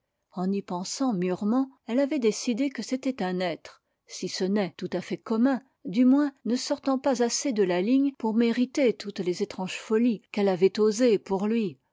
en y pensant mûrement elle avait décidé que c'était un être si ce n'est tout à fait commun du moins ne sortant pas assez de la ligne pour mériter toutes les étranges folies qu'elle avait osées pour lui